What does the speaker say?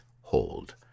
hold